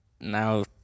now